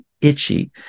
itchy